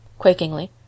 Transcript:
Quakingly